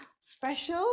Special